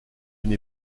une